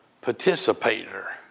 participator